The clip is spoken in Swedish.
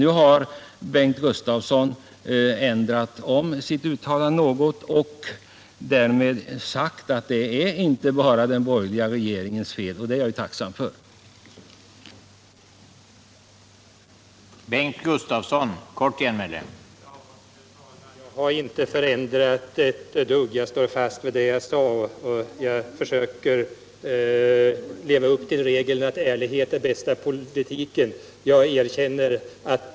Nu har Bengt Gustavsson ändrat sitt uttalande något och sagt att det inte är bara den borgerliga regeringens fel att läget är vad det är, och jag är tacksam för detta erkännande.